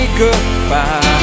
goodbye